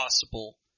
possible